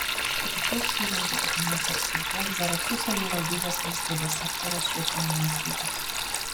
streikus surengė utenos apskrities zarasų savivaldybės valstybės sektoriaus švietimo įstaigos